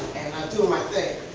do my thing.